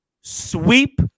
sweep